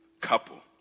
couple